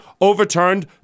overturned